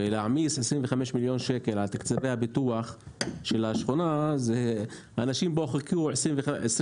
להעמיס 25 מיליון ₪ על תקציבי הביטוח של השכונה אנשים פה חיכו 25